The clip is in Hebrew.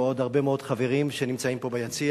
ועוד הרבה מאוד חברים שנמצאים פה ביציע.